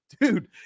Dude